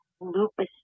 lupus